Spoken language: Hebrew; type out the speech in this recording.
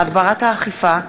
(הגברת האכיפה),